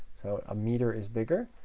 so a meter is bigger.